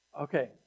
Okay